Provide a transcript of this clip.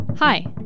Hi